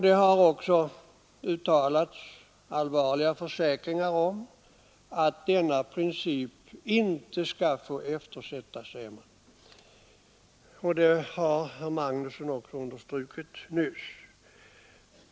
Det har också uttalats allvarliga försäkringar om att denna princip inte skall få eftersättas. Det har också herr Magnusson i Tanum understrukit nyss.